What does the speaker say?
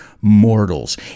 mortals